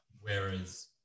Whereas